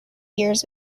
years